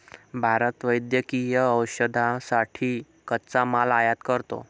भारत वैद्यकीय औषधांसाठी कच्चा माल आयात करतो